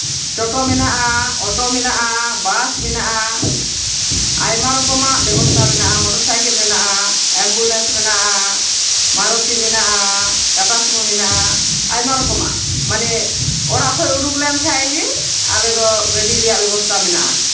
ᱴᱳᱴᱳ ᱢᱮᱱᱟᱜᱼᱟ ᱚᱴᱳ ᱢᱮᱱᱟᱜᱼᱟ ᱵᱟᱥ ᱢᱮᱱᱟᱜᱼᱟ ᱟᱭᱢᱟ ᱨᱚᱠᱚᱢᱟᱜ ᱵᱮᱵᱚᱥᱛᱷᱟ ᱢᱮᱱᱟᱜᱼᱟ ᱢᱳᱴᱚᱨ ᱥᱟᱭᱠᱮᱞ ᱢᱮᱱᱟᱜᱼᱟ ᱮᱢᱵᱩᱞᱮᱱᱥ ᱢᱮᱱᱟᱜᱼᱟ ᱢᱟᱨᱚᱛᱤ ᱢᱮᱱᱟᱜᱼᱟ ᱴᱟᱴᱟ ᱥᱚᱢᱩ ᱢᱮᱱᱟᱜᱼᱟ ᱟᱭᱢᱟ ᱨᱚᱠᱚᱢᱟᱜ ᱢᱟᱱᱮ ᱚᱲᱟᱜ ᱠᱷᱚᱡ ᱩᱰᱩᱠ ᱞᱮᱱᱠᱷᱟᱡ ᱜᱮ ᱟᱞᱮ ᱫᱚ ᱜᱟᱹᱰᱤ ᱨᱮᱭᱟᱜ ᱵᱮᱵᱚᱥᱛᱷᱟ ᱢᱮᱱᱟᱜᱼᱟ